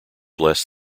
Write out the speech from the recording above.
less